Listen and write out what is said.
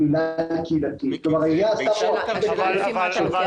ממינהל קהילתי --- השאלה היא לפי מה אתה לוקח